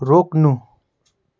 रोक्नु